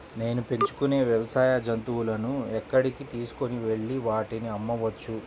నేను పెంచుకొనే వ్యవసాయ జంతువులను ఎక్కడికి తీసుకొనివెళ్ళి వాటిని అమ్మవచ్చు?